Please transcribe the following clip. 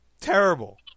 terrible